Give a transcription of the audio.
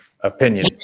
opinion